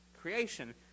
creation